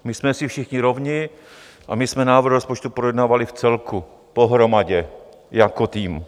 My jsme si všichni rovni a my jsme návrh rozpočtu projednávali v celku, pohromadě, jako tým.